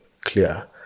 clear